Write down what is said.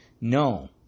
No